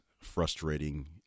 frustrating